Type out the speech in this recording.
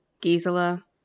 Gisela